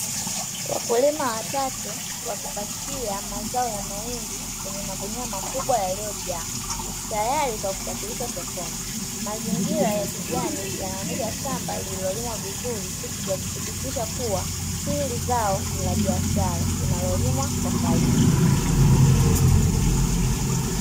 Wakulima wa tatu, wakipakia mazao ya maindi kwenye magunia makubwa yaliojaa, tayari kwa kusafirisha sokoni. Mazingira ya kijani yanaonesha shamba lililolimwa vizuri, yakithibitisha kuwa, hili zao ni la biashara, linalolimwa kwa faida.